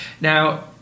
Now